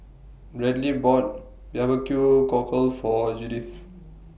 Bradly bought Barbecue Cockle For Judith